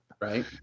Right